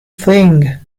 thing